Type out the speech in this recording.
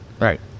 right